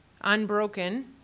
unbroken